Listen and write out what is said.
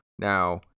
Now